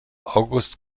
august